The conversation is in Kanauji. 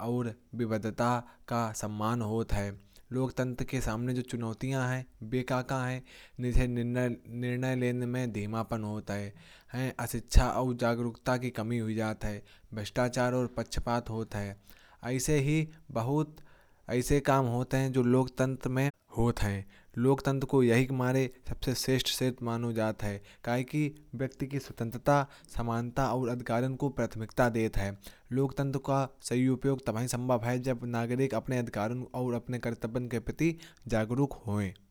और नेताओं को जवाबदेह बनाता है। समाज में सुधार और सुधार की क्षमता। लोकतंत्र समाज में सुधार के लिए एक मजबूत आधार प्रदान करता है। बहुमत और विविधता का सम्मान। लोकतंत्र हर तरह की विविधता और बहुमत का सम्मान करता है। लोकतंत्र के सामने चुनौतियां हैं निर्णय लेने में धीमापन। लोकतंत्र में निर्णय लेने में देर होती है जो कभी कभी प्रभावित करता है। शिक्षा और जागरूकता की कमी। अनपढ़ और अशिक्षित जनता के कारण लोकतंत्र का सही उपयोग नहीं हो पाता भ्रष्टाचार और पक्षपात। लोकतंत्र के कार्य में कभी कभी भ्रष्टाचार और पक्षपात देखा जाता है। लोकतंत्र का सही उपयोग तभी संभव है जब नागरिक अपने अधिकारों। और कर्तव्य के प्रति जागरूक हो। यही वजह है कि लोकतंत्र व्यक्ति की स्वतंत्रता, समानता और अधिकारों को प्राथमिकता देता है। और इसे सबसे श्रेष्ठ शासन प्रणाली माना जाता है।